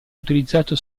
utilizzato